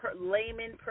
layman